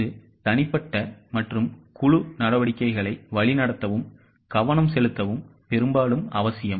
இது தனிப்பட்ட மற்றும் குழு நடவடிக்கைகளை வழிநடத்தவும் கவனம் செலுத்தவும் பெரும்பாலும் அவசியம்